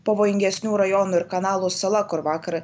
pavojingesnių rajonų ir kanalų sala kur vakar